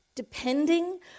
depending